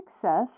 Success